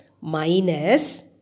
minus